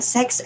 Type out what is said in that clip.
Sex